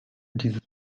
dieses